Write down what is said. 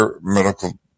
medical